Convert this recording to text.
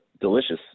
delicious